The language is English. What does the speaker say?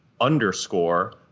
underscore